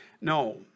No